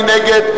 מי נגד?